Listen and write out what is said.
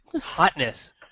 hotness